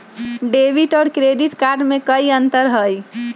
Debit और credit card में कई अंतर हई?